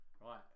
Right